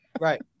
Right